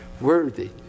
Worthy